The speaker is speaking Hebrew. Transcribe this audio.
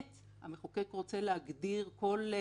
אדם שנמצא בבית הבושת, וצריך להתייחס לזה.